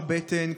הבטן,